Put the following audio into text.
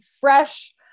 fresh